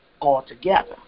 altogether